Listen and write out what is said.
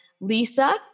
Lisa